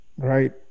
Right